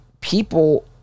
people –